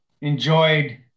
enjoyed